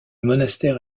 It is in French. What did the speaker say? monastère